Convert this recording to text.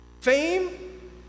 Fame